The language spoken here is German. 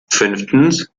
fünftens